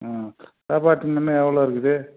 ம் சாப்பாட்டுக்கு முன்ன எவ்வளோ இருக்குது